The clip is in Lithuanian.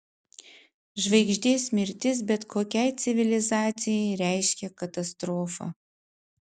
žvaigždės mirtis bet kokiai civilizacijai reiškia katastrofą